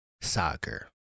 soccer